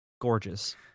gorgeous